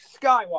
Skywalker